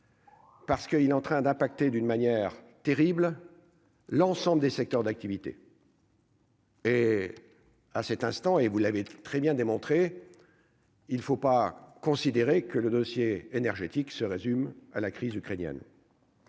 Parce qu'il est en train d'impacter d'une manière terrible l'ensemble des secteurs d'activité. Et à cet instant et vous l'avez très bien démontré, il ne faut pas considérer que le dossier énergétique se résume à la crise ukrainienne.